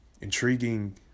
intriguing